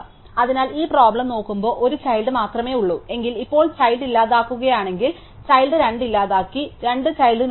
അതിനാൽ ഈ പ്രോബ്ലം നോക്കുമ്പോ ഒരു ചൈൽഡ് മാത്രമേ ഉള്ളൂ എങ്കിൽ ഇപ്പോൾ ചൈൽഡ് ഇല്ലാതാക്കുകയാണെങ്കിൽ ചൈൽഡ് 2 ഇല്ലാതാക്കി 2 ചൈൽഡ് നോഡ് ചെയ്യും